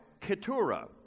Keturah